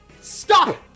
Stop